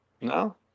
No